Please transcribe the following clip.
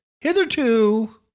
hitherto